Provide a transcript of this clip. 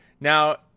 now